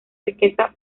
riqueza